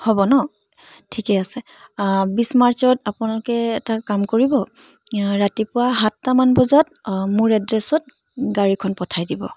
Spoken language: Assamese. হ'ব ন ঠিকেই আছে বিছ মাৰ্চত আপোনালোকে এটা কাম কৰিব ৰাতিপুৱা সাতটা মান বজাত মোৰ এড্ৰেছত গাড়ীখন পঠাই দিব